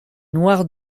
noires